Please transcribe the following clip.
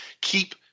keep